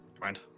mind